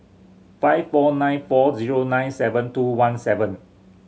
five four nine four zero nine seven two one seven